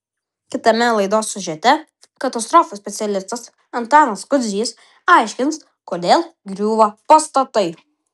kitame laidos siužete katastrofų specialistas antanas kudzys aiškins kodėl griūva pastatai